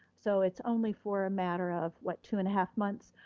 so it's only for matter of what? two and a half months?